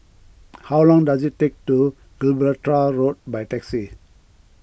how long does it take to Gibraltar Road by taxi